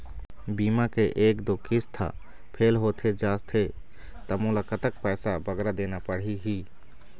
बीमा के एक दो किस्त हा फेल होथे जा थे ता मोला कतक पैसा बगरा देना पड़ही ही?